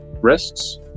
risks